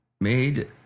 made